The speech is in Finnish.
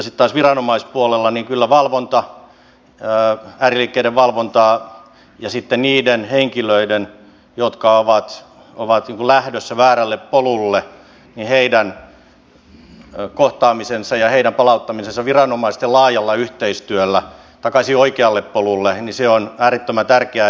sitten taas viranomaispuolella on kyllä ääriliikkeiden valvonta ja sitten niiden henkilöiden jotka ovat lähdössä väärälle polulle kohtaaminen ja palauttaminen viranomaisten laajalla yhteistyöllä takaisin oikealle polulle äärettömän tärkeää